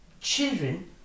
Children